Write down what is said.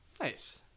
Nice